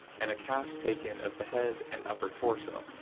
and a cast taken of the head and upper torso.